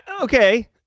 Okay